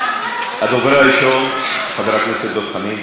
הדובר הראשון, חבר הכנסת דב חנין.